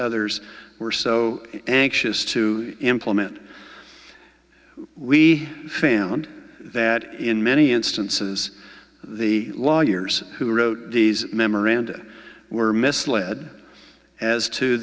others were so anxious to implement we found that in many instances the lawyers who wrote these memoranda were misled as to